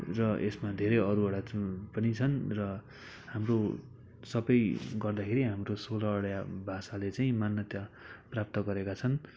र यसमा धेरै अरूवटा जुन पनि छन् र हाम्रो सबै गर्दाखेरि हाम्रो सोह्रवटा भाषाले चाहिँ मान्याता प्राप्त गरेका छन्